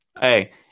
Hey